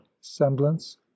semblance